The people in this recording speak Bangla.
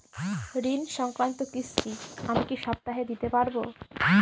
ঋণ সংক্রান্ত কিস্তি আমি কি সপ্তাহে দিতে পারবো?